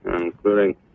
including